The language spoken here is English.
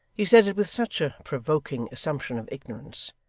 he said it with such a provoking assumption of ignorance,